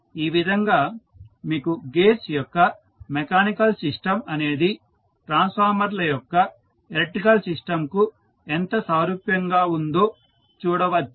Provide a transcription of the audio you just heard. కాబట్టి ఈ విధంగా మీరు గేర్స్ యొక్క మెకానికల్ సిస్టం అనేది ట్రాన్స్ఫార్మర్ల యొక్క ఎలక్ట్రికల్ సిస్టంకు ఎంత సారూప్యంగా ఉందో చూడవచ్చు